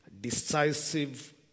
decisive